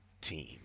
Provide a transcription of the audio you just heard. team